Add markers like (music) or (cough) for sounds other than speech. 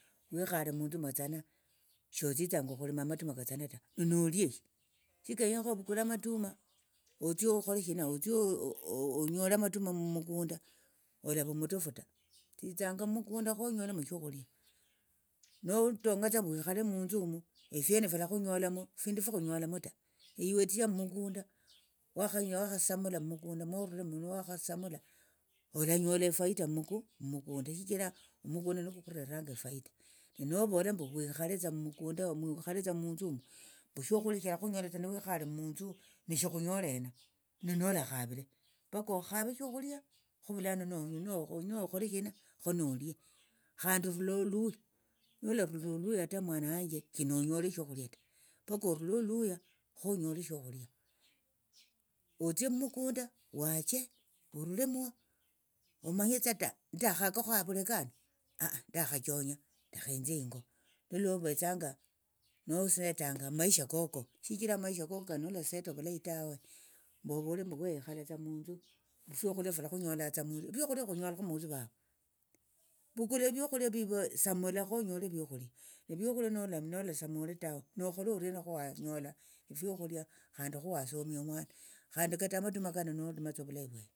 Wikhale munthu mwatsana shotsitsanga okhulima amatuma katsana ta ninolie shi shikenyekha ovukule amatuma otsie okhole shina otsie (hesitation) onyole amatuma mukunda olava omutofu ta tsitsanga mukunda khonyolemo shokuhulia notong'atsa mbu wekhali munthu umu efienefilakhunyola findu fikhunyolamu ta iwe tsia mukunda wakhañyo wakhasamula mukunda morulemo niwakhasamula olanyola efaita muku mukunda shichira mukunda nekwo kureranga efaita ne novola mbu wekhaletsa mukunda omo wekhaletsa munthu nishikhunyole hena nonolakhavire paka okhave shokhulia khuvulano (hesitation) nokhole shina khonolie khandi rula oluya nolarula oluya ta mwana wanje shininyole shokhulia ta paka orule oluya khonyole shokhulia otsie mukunda wache orulemo omanyetsa ta ndakhakakho havuleka hano ndakhachonya lakha inthie ingo nulwo lwovetsanga nose nosetanga amaisha koko shichira amaisha koko kano nolaseta ovulayi tawe mbu ovole mbu wayekhalatsa munthu mbu fiokhulia filakhunyolatsa munthu viokhulia vikhunyolakho munthu vava vukula viokhulia vivio samula khonyole viokhulia viokhulia nolasamula tawe nokhole oriena khowanyola fiokhulia khandi khowasomia omwana khandi kata amatuma kano nolimatsa ovulayi vwene.